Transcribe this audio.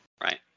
Right